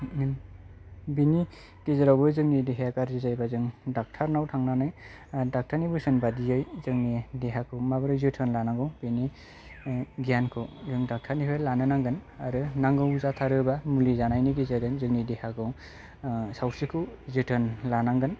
बिनि गेजेरावबो जोंनि देहाया गाज्रि जायोबा जों डक्टर नाव थांनानै डक्टर नि बोसोन बादियै जोंनि देहाखौ माबोरै जोथोन लानांगौ बेनि गियानखौ जों डक्टर निफ्राय लानो नांगोन आरो नांगौ जाथारोब्ला मुलि जानायनि गेजेरजों जोंनि देहाखौ सावस्रिखौ जोथोन लानांगोन